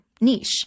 niche